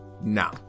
now